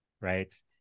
right